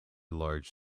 large